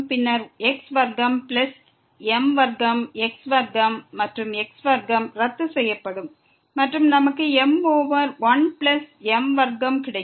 பின்னர் x வர்க்கம் plus m வர்க்கம் x வர்க்கம் மற்றும் x வர்க்கம் ரத்து செய்யப்படும் மற்றும் நமக்கு m ஓவர் 1 பிளஸ் m வர்க்கம் கிடைக்கும்